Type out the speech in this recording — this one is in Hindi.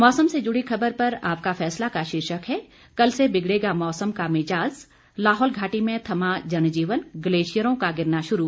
मौसम से जुड़ी खबर पर आपका फैसला का शीर्षक है कल से बिगड़ेगा मौसम का मिज़ाज लाहौल घाटी में थमा जनजीवन ग्लेशियरों का गिरना शुरू